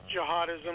jihadism